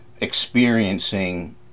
experiencing